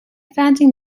founding